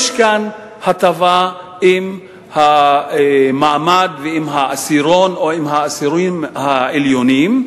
יש כאן הטבה עם המעמד ועם העשירון או עם העשירונים העליונים,